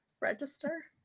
register